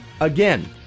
again